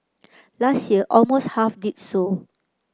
last year almost half did so